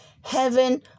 heaven